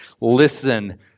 listen